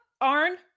Arn